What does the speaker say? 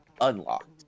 unlocked